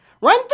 Run